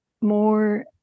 more